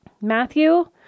Matthew